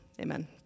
Amen